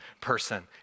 person